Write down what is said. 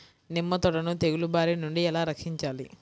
నిమ్మ తోటను తెగులు బారి నుండి ఎలా రక్షించాలి?